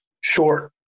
short